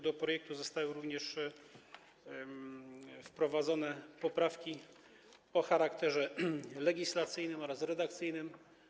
Do projektu zostały również wprowadzone poprawki o charakterze legislacyjnym oraz redakcyjnym.